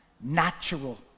natural